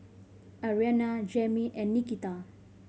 Arianna Jamie and Nikita